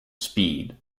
speed